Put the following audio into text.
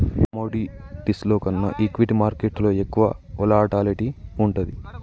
కమోడిటీస్లో కన్నా ఈక్విటీ మార్కెట్టులో ఎక్కువ వోలటాలిటీ వుంటది